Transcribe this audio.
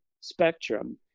spectrum